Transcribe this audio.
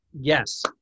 yes